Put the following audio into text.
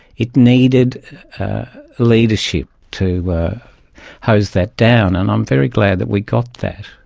it needed leadership to hose that down and i'm very glad that we got that.